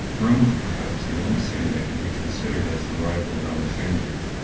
rome was perhaps the only city that could be considered as the rival of alexandria,